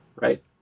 Right